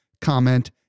comment